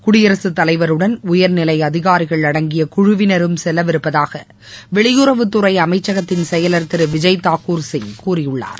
குடியரசுத் தலைவருடன் உயர்நிலைஅதிகாரிகள் அடங்கியகுழுவினரும் செல்லவிருப்பதாகவெளியுறவுத் துறைஅமைச்சகத்தின் செயலர் திருவிஜய் தாக்கூர் சிங் கூறியுள்ளார்